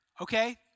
okay